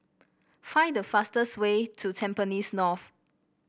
find the fastest way to Tampines North